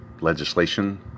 legislation